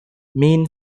mean